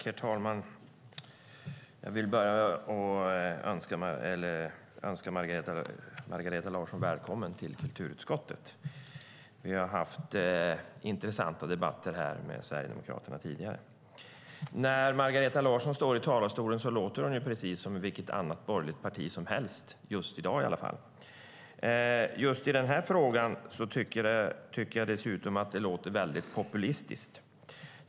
Herr talman! Jag vill börja med att hälsa Margareta Larsson välkommen till kulturutskottet. Vi har haft intressanta debatter här med Sverigedemokraterna tidigare. När Margareta Larsson står i talarstolen låter hon precis som en representant från vilket annat borgerligt parti som helst, i alla fall just i dag. I denna fråga tycker jag dessutom att det hon säger låter mycket populistiskt.